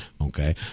Okay